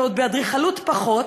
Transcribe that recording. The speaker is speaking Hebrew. ובאדריכלות עוד פחות,